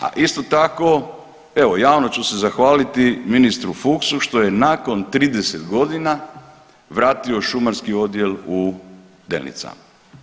A isto tako evo javno ću se zahvaliti ministru Fuchsu što je nakon 30 godina vratio šumarski odjel u Delnicama.